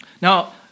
Now